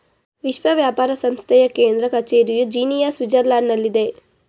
ವಿಶ್ವ ವ್ಯಾಪಾರ ಸಂಸ್ಥೆಯ ಕೇಂದ್ರ ಕಚೇರಿಯು ಜಿನಿಯಾ, ಸ್ವಿಟ್ಜರ್ಲ್ಯಾಂಡ್ನಲ್ಲಿದೆ